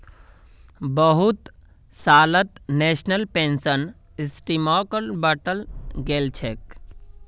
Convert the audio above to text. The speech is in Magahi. बहुत सालत नेशनल पेंशन सिस्टमक बंटाल गेलछेक